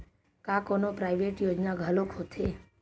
का कोनो प्राइवेट योजना घलोक होथे?